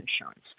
insurance